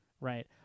right